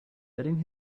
letting